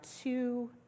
two